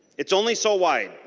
it's only so wide.